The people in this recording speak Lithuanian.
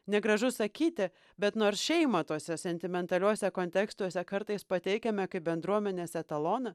negražu sakyti bet nors šeimą tuose sentimentaliuose kontekstuose kartais pateikiame kaip bendruomenės etaloną